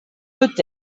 peut